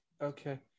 Okay